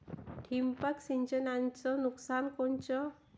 ठिबक सिंचनचं नुकसान कोनचं?